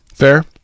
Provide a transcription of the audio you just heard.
fair